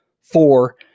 Four